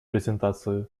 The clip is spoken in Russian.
презентации